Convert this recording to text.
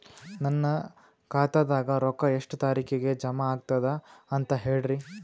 ನನ್ನ ಖಾತಾದಾಗ ರೊಕ್ಕ ಎಷ್ಟ ತಾರೀಖಿಗೆ ಜಮಾ ಆಗತದ ದ ಅಂತ ಹೇಳರಿ?